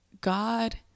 God